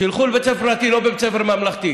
שילכו לבית ספר פרטי, לא בבית ספר ממלכתי.